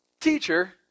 Teacher